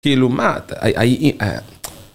כאילו מה אתה